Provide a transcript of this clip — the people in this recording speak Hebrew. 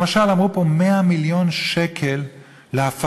למשל, אמרו פה 100 מיליון שקל להפקות,